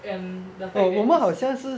and the fact that is